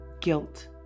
guilt